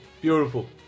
Beautiful